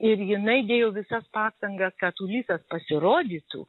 ir jinai dėjo visas pastangas kad ulisas pasirodytų